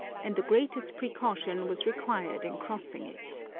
and the greatest precaution was re quired in crossing it